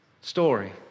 story